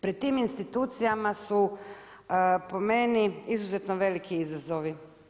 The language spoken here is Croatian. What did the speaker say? Pred tim institucijama su po meni izuzetno veliki izazovi.